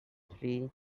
three